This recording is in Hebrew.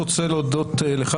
אני רוצה להודות לך,